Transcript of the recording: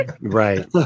Right